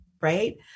right